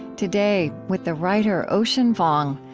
today with the writer ocean vuong,